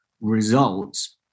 results